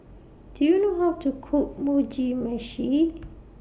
Do YOU know How to Cook Mugi Meshi